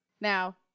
Now